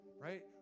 right